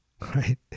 right